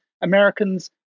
Americans